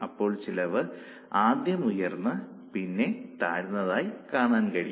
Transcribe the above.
അപ്പോൾ ചെലവ് ആദ്യം ഉയർന്ന് പിന്നെ താഴ്ന്നതായി കാണാൻ കഴിയും